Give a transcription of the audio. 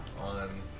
on